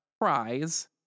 prize